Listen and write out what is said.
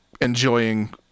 enjoying